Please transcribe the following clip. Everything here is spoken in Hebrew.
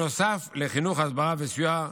נוסף על חינוך, הסברה וסיוע,